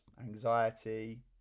anxiety